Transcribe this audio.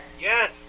Yes